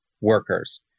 workers